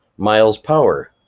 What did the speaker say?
myles power,